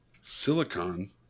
silicon